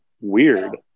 weird